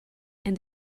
and